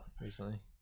recently